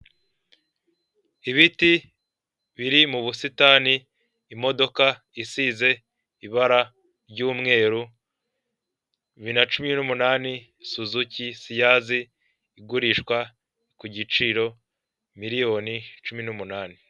Ibiti biri mu busitani, imodoka isize ibara ry'umweru, bibiri na cumi n'umunani, suzuki siyazi igurishwa ku giciro miliyoni cumi n'umunani.